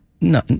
no